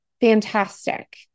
fantastic